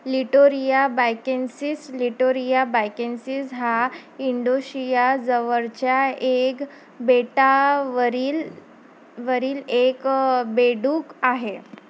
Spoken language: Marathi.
लिटोरिया बॅकेन्सीस लिटोरिया बॅकेन्सीज हा इंडोशिया जवळच्या एक बेटावरील वरील एक बेडूक आहे